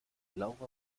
laura